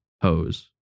hose